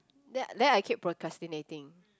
then then I keep procrastinating